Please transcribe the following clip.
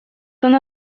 una